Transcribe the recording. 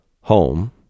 Home